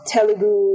Telugu